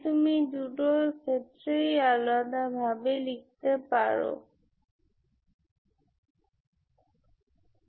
সুতরাং সাধারণ সমাধান হল y c1xc2 axb